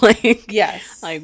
Yes